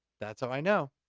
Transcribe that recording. that's how i know.